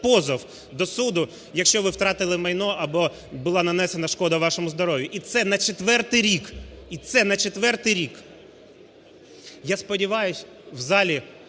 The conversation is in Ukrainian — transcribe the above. позов до суду, якщо ви втратили майно або була нанесена шкода вашому здоров'ю. І це на четвертий рік. І це на четвертий рік! Я сподіваюся, в залі